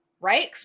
right